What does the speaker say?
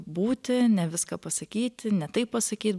būti ne viską pasakyti ne taip pasakyt